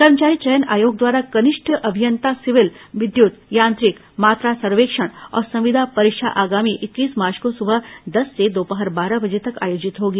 कर्मचारी चयन आयोग द्वारा कनिष्ठ अभियंता सिविल विद्युत यांत्रिक मात्रा सर्वेक्षण और संविदा परीक्षा आगामी इक्कीस मार्च को सुबह दस से दोपहर बारह बजे तक आर्योजित होगी